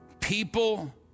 people